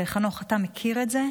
וחנוך, אתה מכיר את זה,